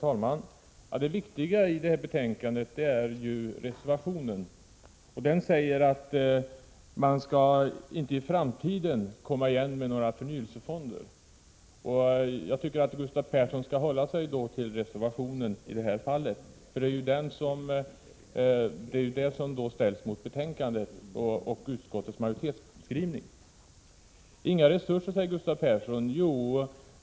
Herr talman! Det viktiga i detta betänkande är reservation 2, där det sägs att regeringen i framtiden inte skall återkomma med några förnyelsefonder. Jag tycker att Gustav Persson skall hålla sig till reservationen i detta fall, som ju är det som ställs mot utskottsmajoritetens skrivning i betänkandet. Myndigheterna har inte resurser, säger Gustav Persson.